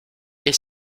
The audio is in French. est